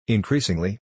Increasingly